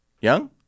Young